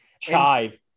chive